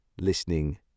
listening